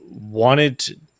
wanted